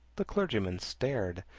the clergyman stared.